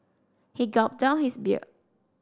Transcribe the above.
he gulped down his beer